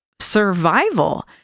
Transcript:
survival